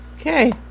Okay